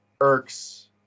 irks